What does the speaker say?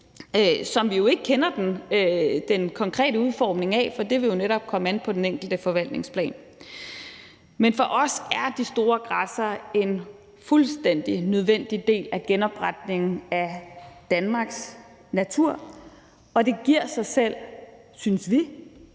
som vi jo ikke kender den konkrete udformning af, for det vil jo netop komme an på den enkelte forvaltningsplan. Men for os er de store græssere en fuldstændig nødvendig del af genopretningen af Danmarks natur, og det giver sig selv, synes vi,